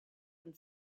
and